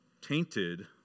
tainted